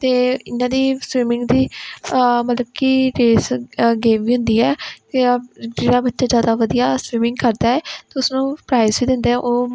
ਅਤੇ ਇਹਨਾਂ ਦੀ ਸਵੀਮਿੰਗ ਦੀ ਮਤਲਬ ਕਿ ਰੇਸ ਅ ਗੇਮ ਵੀ ਹੁੰਦੀ ਹੈ ਅਤੇ ਆ ਜਿਹੜਾ ਇੱਥੇ ਜ਼ਿਆਦਾ ਵਧੀਆ ਸਵੀਮਿੰਗ ਕਰਦਾ ਹੈ ਤਾਂ ਉਸ ਨੂੰ ਪ੍ਰਾਈਸ ਵੀ ਦਿੰਦੇ ਆ ਉਹ